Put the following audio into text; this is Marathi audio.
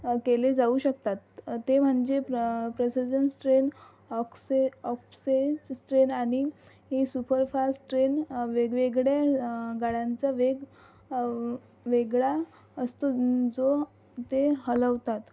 केले जाऊ शकतात ते म्हणजे प्रसेजन्स ट्रेन ऑक्से ऑक्सेन्स ट्रेन आणि ही सुपरफास्ट ट्रेन वेगवेगळ्या गाड्यांचा वेग वेगळा असतो जो ते हलवतात